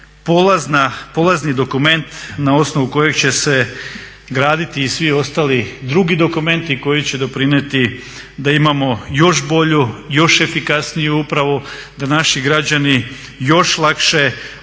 polazni dokument na osnovu kojeg će se graditi i svi ostali drugi dokumenti koji će doprinijeti da imamo još bolju, još efikasniju upravu, da naši građani još lakše ostvaruju